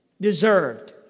deserved